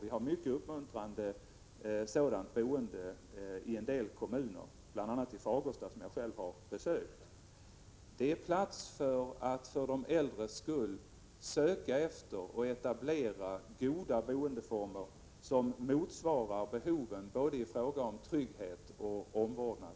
Vi har ett mycket uppmuntrande sådant boende i en del kommuner — bl.a. i Fagersta, som jag själv har besökt. Det är på sin plats att för de äldres skull söka efter och etablera goda boendeformer som motsvarar behoven både i fråga om trygghet och i fråga om omvårdnad.